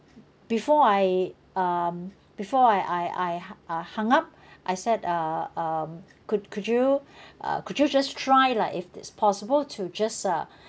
before I um before I I I uh hung up I said uh um could could you uh could you just try lah if it's possible to just uh